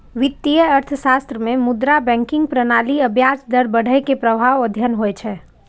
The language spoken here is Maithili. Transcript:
वित्तीय अर्थशास्त्र मे मुद्रा, बैंकिंग प्रणाली आ ब्याज दर बढ़ै के प्रभाव अध्ययन होइ छै